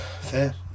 Fair